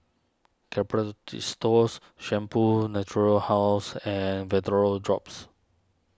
Shampoo Natura House and drops